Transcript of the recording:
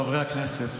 חברי הכנסת,